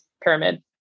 pyramid